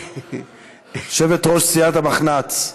יושבת-ראש סיעת המחנ"צ,